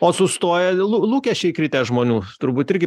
o sustoja lu lūkesčiai kritę žmonių turbūt irgi